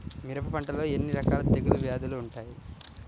మిరప పంటలో ఎన్ని రకాల తెగులు వ్యాధులు వుంటాయి?